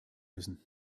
müssen